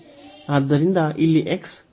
ಆದ್ದರಿಂದ ಇಲ್ಲಿ x 3 a ಗೆ ಸಮಾನವಾಗಿರುತ್ತದೆ